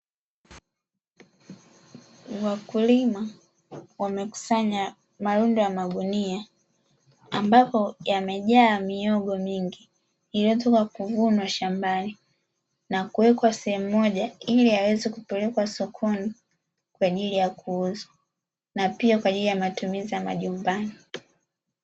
Wakulima wamekusanya malundo ya magunia ambapo yamejaa mihogo mingi iliyotoka kuvunwa shambani, na kuwekwa sehemu moja, ili yaweze kupelekwa sokoni kwa ajili ya kuuzwa, na pia kwa ajili ya matumizi ya majumbani.